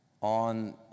on